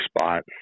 spot